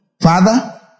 Father